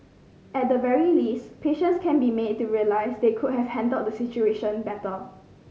at the very least patients can be made to realise they could have handled the situation better